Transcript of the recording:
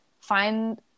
find